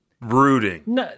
Brooding